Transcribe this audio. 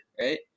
Right